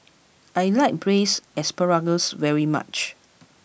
I like Braised Asparagus very much